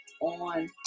on